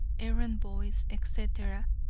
errand boys, etc,